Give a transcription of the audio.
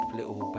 little